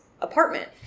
apartment